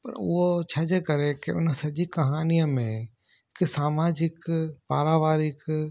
पर उहो छाजे करे कि उन सॼी कहानीअ में हिकु सामाजिक पारिवारिक